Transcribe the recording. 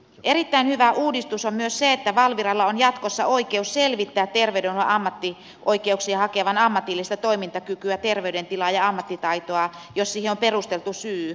erittäin hyvä uudistus on myös se että valviralla on jatkossa oikeus selvittää terveydenhuollon ammattioikeuksia hakevan ammatillista toimintakykyä terveydentilaa ja ammattitaitoa jos siihen on perusteltu syy